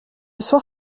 soir